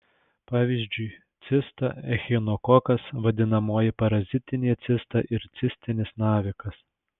pavyzdžiui cista echinokokas vadinamoji parazitinė cista ir cistinis navikas